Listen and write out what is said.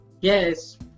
Yes